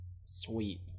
Sweet